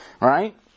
Right